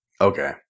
Okay